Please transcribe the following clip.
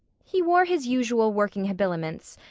he wore his usual working habiliments,